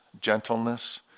gentleness